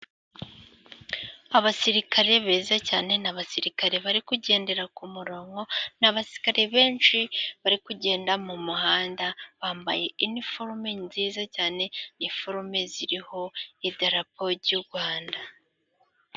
Abasirikare beza cyane. Ni abasirikare bari kugendera ku murongo, ni abasirikare benshi bari kugenda mu muhanda. Bambaye iniforume nziza cyane, iniforume ziriho idarapo ry'u Rwanda.